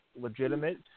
legitimate